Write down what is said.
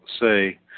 say